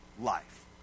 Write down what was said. life